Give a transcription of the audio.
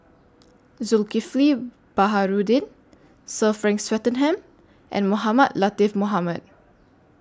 Zulkifli Baharudin Sir Frank Swettenham and Mohamed Latiff Mohamed